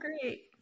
great